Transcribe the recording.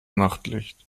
nachtlicht